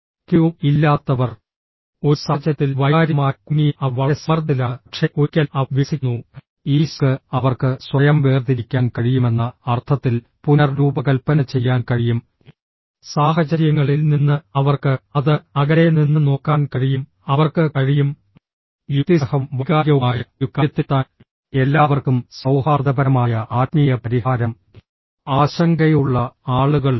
Q ഇല്ലാത്തവർ ഒരു സാഹചര്യത്തിൽ വൈകാരികമായി കുടുങ്ങിയ അവർ വളരെ സമ്മർദ്ദത്തിലാണ് പക്ഷേ ഒരിക്കൽ അവർ വികസിക്കുന്നു ഈ SQ അവർക്ക് സ്വയം വേർതിരിക്കാൻ കഴിയുമെന്ന അർത്ഥത്തിൽ പുനർരൂപകൽപ്പന ചെയ്യാൻ കഴിയും സാഹചര്യങ്ങളിൽ നിന്ന് അവർക്ക് അത് അകലെ നിന്ന് നോക്കാൻ കഴിയും അവർക്ക് കഴിയും യുക്തിസഹവും വൈകാരികവുമായ ഒരു കാര്യത്തിലെത്താൻ എല്ലാവർക്കും സൌഹാർദ്ദപരമായ ആത്മീയ പരിഹാരം ആശങ്കയുള്ള ആളുകൾ